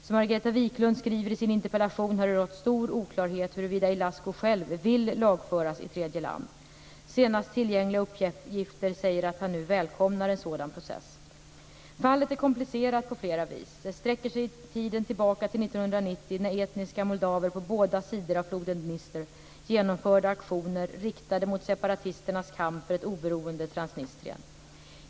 Som Margareta Viklund skriver i sin interpellation har det rått stor oklarhet huruvida Ilascu själv vill lagföras i tredje land. Senast tillgängliga uppgifter säger att han nu välkomnar en sådan process. Fallet Ilascu är komplicerat på flera vis. Det sträcker sig i tiden tillbaka till 1990 när etniska moldaver på båda sidor av floden Dnestr genomförde aktioner riktade mot separatisternas kamp för ett oberoende Transnistrien.